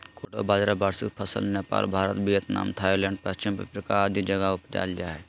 कोडो बाजरा वार्षिक फसल नेपाल, भारत, वियतनाम, थाईलैंड, पश्चिम अफ्रीका आदि जगह उपजाल जा हइ